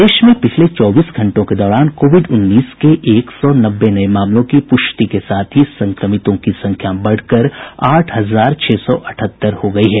प्रदेश में पिछले चौबीस घंटों के दौरान कोविड उन्नीस के एक सौ नब्बे नये मामलों की पुष्टि के साथ ही संक्रमितों की संख्या बढ़कर आठ हजार छह सौ अठहत्तर हो गयी है